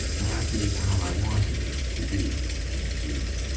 that is how i wanted it to be, you see.